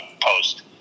post